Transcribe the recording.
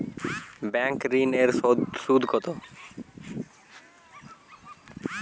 Bank ঋন এর সুদ কত?